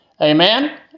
Amen